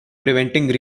preventing